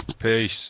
peace